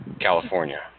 California